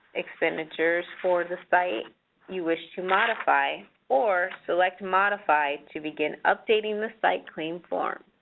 expenditures for the site you wish to modify or select modify to begin updating the site claim form.